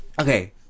Okay